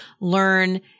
learn